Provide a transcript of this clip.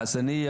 חסאניה,